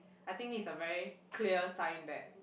I think this is a very clear sign that